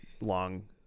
long